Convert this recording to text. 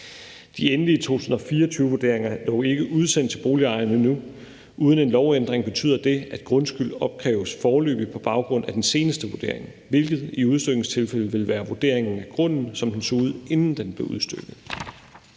De endelige 2024-vurderinger er dog ikke udsendt til boligejerne endnu. Uden en lovændring betyder det, at grundskyld opkræves foreløbigt på baggrund af den seneste vurdering, hvilket i udstykningstilfælde vil være vurderingen af grunden, som den så ud, inden den blev udstykket.